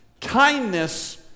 Kindness